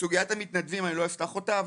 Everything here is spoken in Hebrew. סוגיית המתנדבים אני לא אפתח אותה,